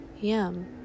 Yum